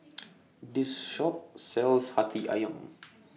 This Shop sells Hati Ayam